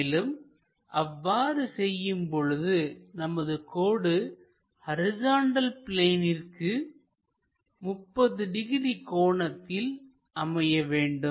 மேலும் அவ்வாறு செய்யும்போது நமது கோடு ஹரிசாண்டல் பிளேனிற்கு 30 டிகிரி கோணத்தில் அமைய வேண்டும்